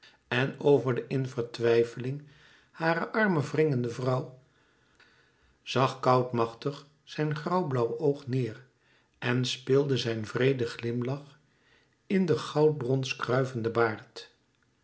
en over de in vertwijfeling hare armen wringende vrouw zag koud machtig zijn grauw blauw oog neêr en speelde zijn wreede glimlach in den goudbrons kruivenden baard